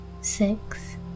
six